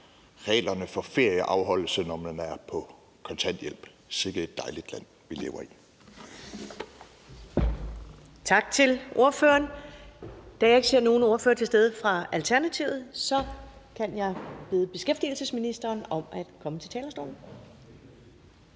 reglerne for ferieafholdelse, når man er på kontanthjælp. Sikke et dejligt land, vi lever i. Kl. 10:13 Første næstformand (Karen Ellemann): Tak til ordføreren. Da jeg ikke ser nogen ordfører til stede fra Alternativet, kan jeg jo bede beskæftigelsesministeren om at komme på talerstolen